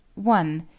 one.